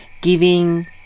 giving